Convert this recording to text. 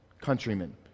countrymen